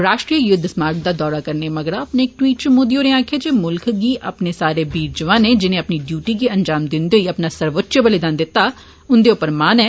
राष्ट्रीय युद्ध स्मार्क दा दौरा करने मगरा अपने इक ट्वीट च मोदी होरें आक्खेआ जे मुल्ख गी अपने सारे वीर जवानें जिनें अपनी ड्यूटी गी अंजाम दिंदे होई अपना सर्वोच्च बलिदान दित्ता उन्दे उप्पर मान ऐ